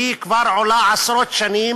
היא כבר עולה עשרות שנים